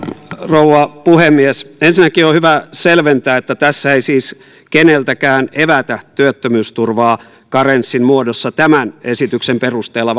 rouva puhemies ensinnäkin on hyvä selventää että tässä ei siis keneltäkään evätä työttömyysturvaa karenssin muodossa tämän esityksen perusteella